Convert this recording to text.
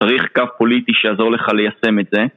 צריך קו פוליטי שיעזור לך ליישם את זה